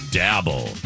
dabble